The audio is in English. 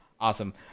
Awesome